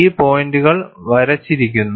ഈ പോയിന്റുകൾ വരച്ചിരിക്കുന്നു